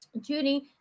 Judy